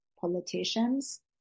politicians